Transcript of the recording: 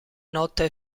notte